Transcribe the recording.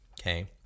Okay